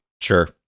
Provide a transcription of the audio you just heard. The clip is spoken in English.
Sure